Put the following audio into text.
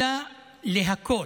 אלא להכות.